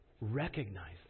Recognize